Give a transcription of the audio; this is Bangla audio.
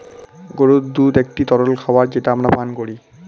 গরুর দুধ একটি তরল খাবার যেটা আমরা পান করি